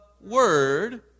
word